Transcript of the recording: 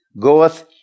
goeth